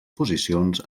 posicions